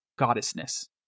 goddessness